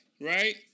right